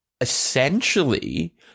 essentially